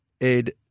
Ed